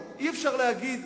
היום אי-אפשר להגיד: